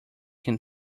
can